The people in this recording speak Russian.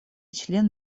член